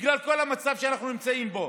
בגלל כל המצב שאנחנו נמצאים בו,